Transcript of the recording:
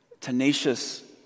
tenacious